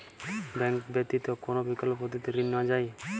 Bank ব্যতিত কোন বিকল্প পদ্ধতিতে ঋণ নেওয়া যায়?